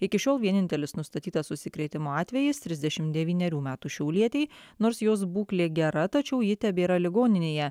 iki šiol vienintelis nustatytas užsikrėtimo atvejis trisdešim devynerių metų šiaulietei nors jos būklė gera tačiau ji tebėra ligoninėje